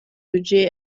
budget